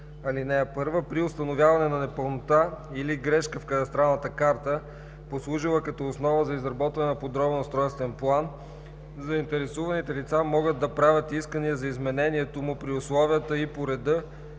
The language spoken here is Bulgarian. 134а. (1) При установяване на непълнота или грешка в кадастралната карта, послужила като основа за изработване на подробен устройствен план, заинтересуваните лица могат да правят искания за изменението му при условията и по реда